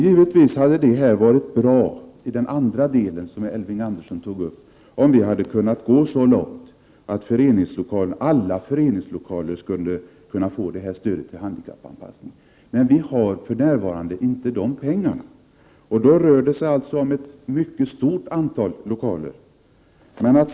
Givetvis hade det varit bra om vi hade kunnat gå så långt att, som Elving Andersson menade, alla föreningslokaler skulle kunna få stöd till handikappanpassning av lokalerna. Men vi har för närvarande inte dessa pengar. Det rör sig om ett mycket stort antal lokaler.